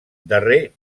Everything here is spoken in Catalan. darrer